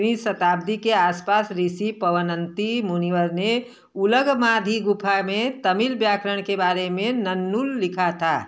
वीं शताब्दी के आसपास ऋषि पवनंती मुनिवर ने उलगमाधी गुफा में तमिल व्याकरण के बारे में नन्नुल लिखा था